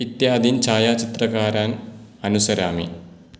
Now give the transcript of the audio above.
इत्यादिन् छायाचित्रकारान् अनुसरामि